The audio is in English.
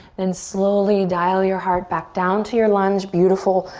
then slowly dial your heart back down to your lunge. beautiful,